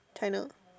China